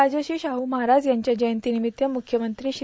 राजर्षी शाहू महाराज यांच्या जयंतीनिमित्त मुख्यमंत्री श्री